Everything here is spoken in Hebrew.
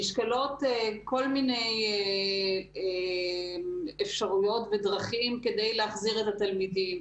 נשקלות כל מיני אפשרויות ודרכים כדי להחזיר את התלמידים.